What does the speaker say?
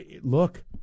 Look